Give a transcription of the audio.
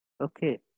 Okay